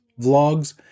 vlogs